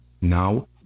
Now